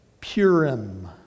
Purim